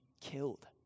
killed